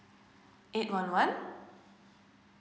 eight one one